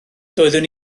doeddwn